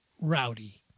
Rowdy